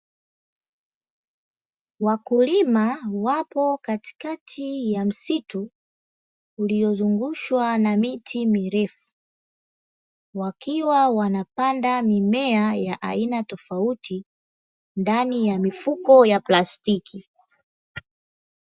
Walulima wapo katikati ya msitu uliozungushwa na miti mirefu wakiwa wanapanda mimea ya aina tofauti ndani ya mifuko ya plastiki.